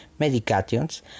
medications